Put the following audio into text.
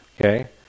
Okay